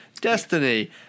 Destiny